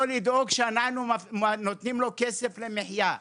לדאוג שאנחנו נותנים לו כסף למחיה.